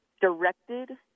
directed